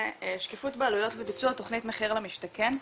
שקיפות בעלויות וביצוע תכנית 'מחיר למשתכן'.